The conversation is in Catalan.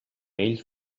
ell